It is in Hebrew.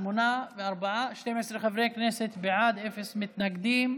12 חברי כנסת בעד, אפס מתנגדים,